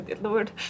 Lord